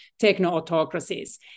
techno-autocracies